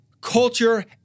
culture